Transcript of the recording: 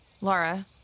Laura